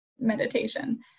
meditation